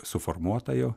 suformuotą jau